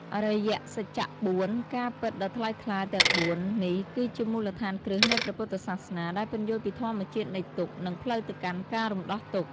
អរិយសច្ចៈ ៤ ការពិតដ៏ថ្លៃថ្លាទាំងបួន នេះគឺជាមូលដ្ឋានគ្រឹះនៃព្រះពុទ្ធសាសនា ដែលពន្យល់ពីធម្មជាតិនៃទុក្ខ និងផ្លូវទៅកាន់ការរំដោះទុក្ខ។